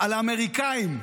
על האמריקאים.